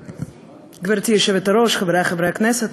גברתי היושבת-ראש, חברי חברי הכנסת,